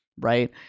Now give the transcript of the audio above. right